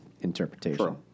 interpretation